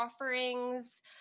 offerings